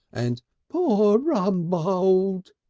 and poor rumbold!